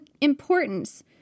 importance